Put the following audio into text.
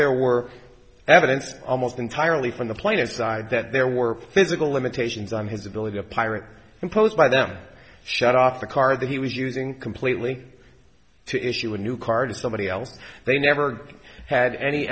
there were evidence almost entirely from the plaintiff side that there were physical limitations on his ability of pirate imposed by them shut off the car that he was using completely to issue a new card to somebody else they never had any